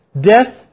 Death